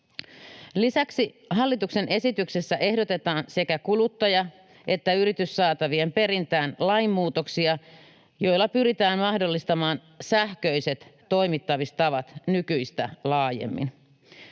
Lisäksi hallituksen esityksessä ehdotetaan sekä kuluttaja- että yrityssaatavien perintään lainmuutoksia, joilla pyritään mahdollistamaan sähköiset toimittamistavat nykyistä laajemmin.